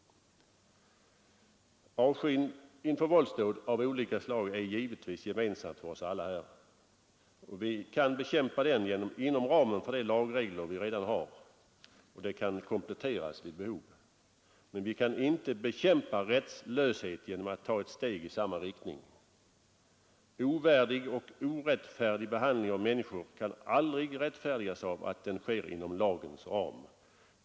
Avskyn inför våldsdåd av olika slag är givetvis gemensam för oss alla. Vi kan bekämpa dem inom ramen för de lagregler vi redan har — och de kan kompletteras vid behov. Men vi kan inte bekämpa rättslöshet genom att ta ett steg i samma riktning. Ovärdig och orättfärdig behandling av människor kan aldrig rättfärdigas av att den sker inom lagens ram.